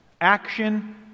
Action